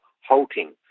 halting